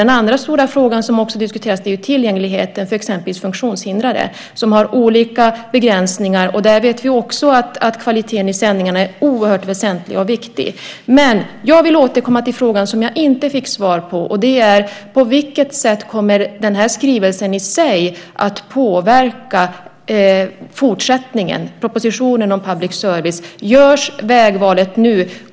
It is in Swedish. Den andra stora fråga som också diskuteras är tillgängligheten för exempelvis funktionshindrade som har olika begränsningar. Där vet vi också att kvaliteten i sändningar är oerhört väsentlig och viktig. Jag vill återkomma till frågan som jag inte fick svar på. På vilket sätt kommer skrivelsen i sig att påverka fortsättningen och propositionen om public service ? Görs vägvalet nu?